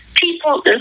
People